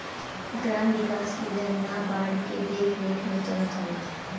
gram विकास योजना नाबार्ड के देखरेख में चलत हवे